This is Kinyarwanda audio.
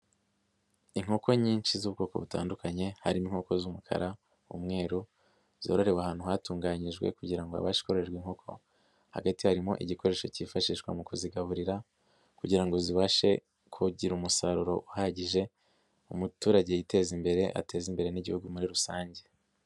Inkoko nyinshi z'ubwoko butandukanye, harimo inkoko z'umukara, umweruru zororewe ahantu hatunganyijwe kugira ngo habashe kororerwa inkoko, hagati harimo igikoresho cyifashishwa mu kuzigaburira kugira ngo zibashe kugira umusaruro uhagije umuturage yiteza imbere ateze imbere n'igihugu muri rusange.